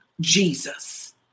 Jesus